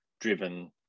driven